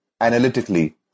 analytically